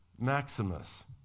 Maximus